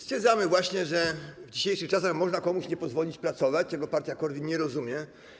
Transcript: Stwierdzamy właśnie, że w dzisiejszych czasach można komuś nie pozwolić pracować, czego partia Korwin nie rozumie.